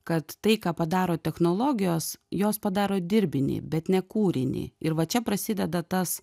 kad tai ką padaro technologijos jos padaro dirbinį bet ne kūrinį ir va čia prasideda tas